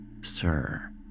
Sir